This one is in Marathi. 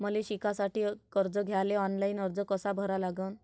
मले शिकासाठी कर्ज घ्याले ऑनलाईन अर्ज कसा भरा लागन?